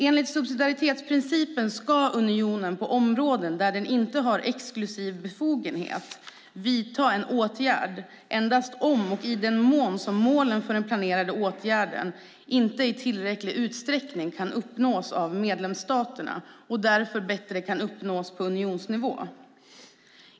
Enligt subsidiaritetsprincipen ska unionen på områden där den inte har exklusiv befogenhet vidta en åtgärd endast om och i den mån som målen för den planerade åtgärden inte i tillräcklig utsträckning kan uppnås av medlemsstaterna och därför bättre kan uppnås på unionsnivå.